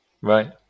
Right